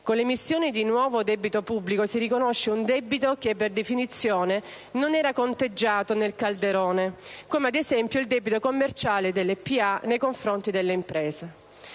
Con l'emissione di nuovo debito pubblico si riconosce un debito che per definizione non era conteggiato nel calderone, come ad esempio il debito commerciale delle pubbliche amministrazioni nei confronti delle imprese.